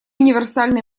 универсальной